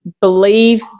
believe